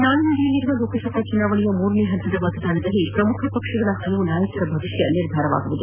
ನಾಳೆ ನಡೆಯಲಿರುವ ಲೋಕಸಭಾ ಚುನಾವಣೆಯ ಮೂರನೇ ಹಂತದ ಮತದಾನದಲ್ಲಿ ಪ್ರಮುಖ ಪಕ್ಷಗಳ ಹಲವಾರು ನಾಯಕರ ಭವಿಷ್ಯ ನಿರ್ಧಾರವಾಗಲಿದೆ